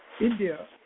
india